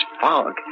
fog